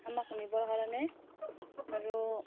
আমাক নিবৰ কাৰণে আৰু